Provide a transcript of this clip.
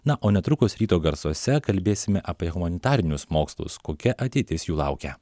na o netrukus ryto garsuose kalbėsime apie humanitarinius mokslus kokia ateitis jų laukia